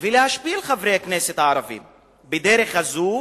ולהשפיל את חברי הכנסת הערבים בדרך הזאת,